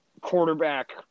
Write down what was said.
quarterback